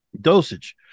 dosage